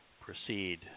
proceed